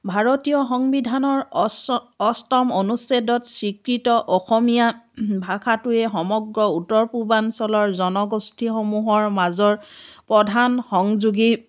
ভাৰতীয় সংবিধানৰ অচ্ছ অষ্টম অনুচ্ছেদত স্বীকৃত অসমীয়া ভাষাটোৱে সমগ্ৰ উত্তৰ পূৰ্বাঞ্চলৰ জনগোষ্ঠীসমূহৰ মাজৰ প্ৰধান সংযোগী